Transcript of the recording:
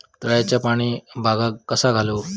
तळ्याचा पाणी बागाक कसा घालू?